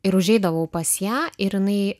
ir užeidavau pas ją ir jinai